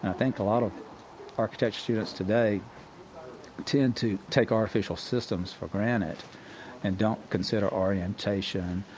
and i think a lot of architecture students today tend to take artificial systems for granted and don't consider orientation,